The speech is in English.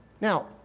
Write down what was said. now